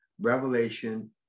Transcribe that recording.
revelation